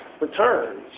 returns